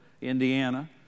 Indiana